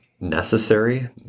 necessary